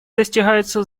достигается